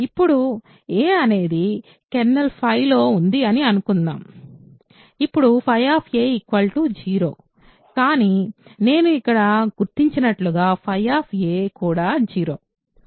ఇప్పుడు a అనేది kernel లో ఉంది అని అనుకుందాం అప్పుడు 0 కానీ నేను అక్కడ గుర్తించినట్లుగా కూడా 0